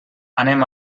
anem